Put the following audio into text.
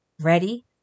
ready